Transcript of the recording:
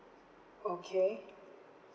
okay